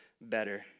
better